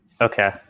Okay